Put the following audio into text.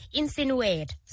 insinuate